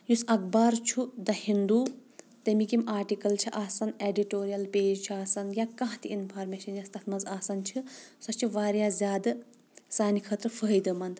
یُس اخبار چھُ دَ ہنٛدُو تمیِکۍ یِم آرٹِکٕل چھِ آسان ایٚڈٹورِیل پیج چھُ آسان یا کانٛہہ تہِ انفارمیشن یۄس تتھ منٛز آسان چھِ سۄ چھِ واریاہ زیادٕ سانہِ خٲطرٕ فٲیِدٕ منٛد